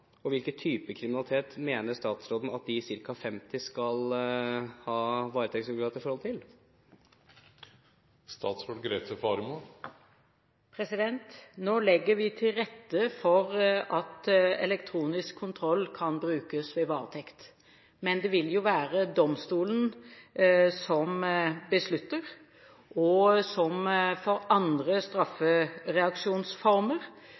og hvilke typer kriminalitet mener statsråden at de ca. 50 varetektsplassene skal være regulert for? Nå legger vi til rette for at elektronisk kontroll kan brukes ved varetekt, men det vil være domstolen som beslutter. Som for andre